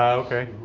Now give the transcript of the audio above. ok.